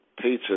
Peter